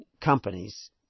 companies